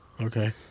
Okay